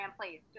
please